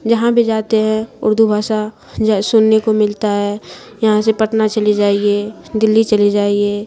جہاں بھی جاتے ہیں اردو بھاشا سننے کو ملتا ہے یہاں سے پٹنہ چلے جائیے دہلی چلے جائیے